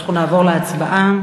אנחנו נעבור להצבעה.